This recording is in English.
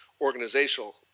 organizational